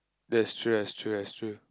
that's true that's true that's true